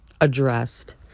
addressed